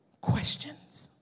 questions